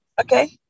Okay